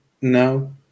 No